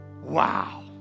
Wow